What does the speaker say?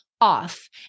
off